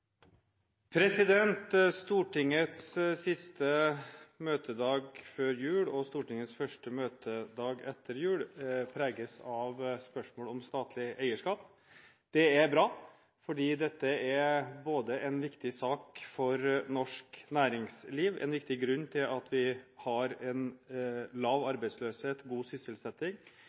Stortingets siste møtedag før jul og Stortingets første møtedag etter jul preges av spørsmål om statlig eierskap. Det er bra. For dette er både en viktig sak for norsk næringsliv, en viktig grunn til at vi har lav arbeidsløshet og god sysselsetting